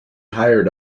hired